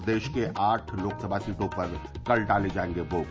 प्रदेश के आठ लोकसभा सीटों पर कल डाले जायेंगे वोट